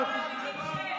כמה אנשים יקבלו,